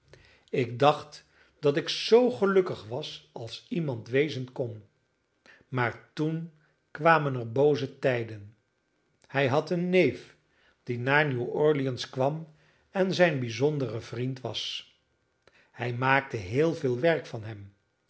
ik dacht dat ik zoo gelukkig was als iemand wezen kon maar toen kwamen er booze tijden hij had een neef die naar new-orleans kwam en zijn bijzondere vriend was hij maakte heel veel werk van hem